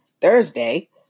Thursday